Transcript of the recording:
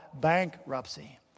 bankruptcy